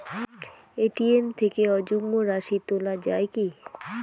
ATM থেকে অযুগ্ম রাশি তোলা য়ায় কি?